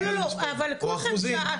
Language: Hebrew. לא, אבל כולכם שאלתם.